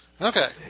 Okay